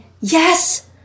yes